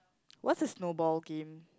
what's a snowball game